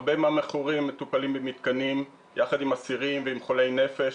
הרבה מהמכורים מטופלים במתקנים יחד עם אסירים ועם חולי נפש,